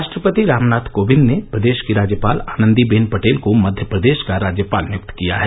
राष्ट्रपति रामनाथ कोविंद ने प्रदेश की राज्यपाल आनंदी बेन पटेल को मध्य प्रदेश का राज्यपाल नियेक्त किया है